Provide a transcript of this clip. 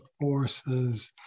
forces